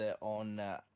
on